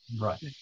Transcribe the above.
right